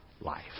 life